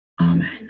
Amen